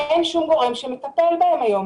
אין שום גורם שמטפל בהם היום.